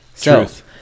Truth